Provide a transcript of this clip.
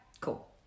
Cool